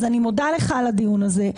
אז אני מודה לך על הדיון הזה.